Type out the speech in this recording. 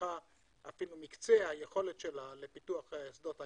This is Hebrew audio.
פיתחה אפילו מקצה היכולת שלה לפיתוח שדות הגז.